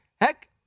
Heck